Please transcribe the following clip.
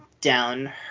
down